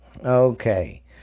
Okay